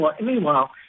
Meanwhile